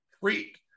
freak